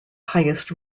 highest